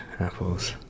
apples